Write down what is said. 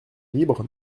libre